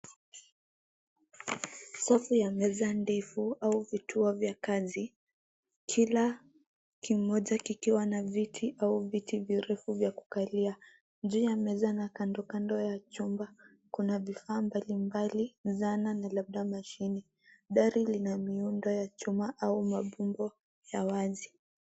Safu ya meza ndefu au vituo vya kazi, kila kimoja kikiwa na viti au viti virefu vya kukalia. Juu ya meza na kando kando ya chumba kuna vifaa mbalimbali, zana na labda mashine. Dari lina miundo ya chuma au mabomba ya wazi.